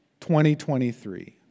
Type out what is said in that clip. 2023